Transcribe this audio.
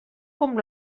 com